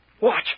Watch